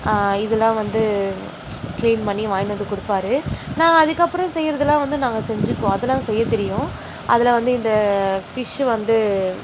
இதெலாம் வந்து கிளீன் பண்ணி வாய்கினு வந்து கொடுப்பாரு நான் அதுக்கப்புறம் செய்கிறதெல்லாம் வந்து நாங்கள் செஞ்சுக்குவோம் அதெல்லாம் செய்யத் தெரியும் அதில் வந்து இந்த ஃபிஷ்ஷு வந்து